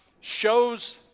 shows